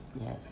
Yes